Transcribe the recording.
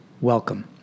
welcome